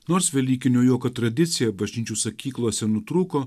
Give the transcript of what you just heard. nors velykinio juoko tradicija bažnyčių sakyklose nutrūko